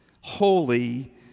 holy